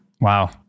Wow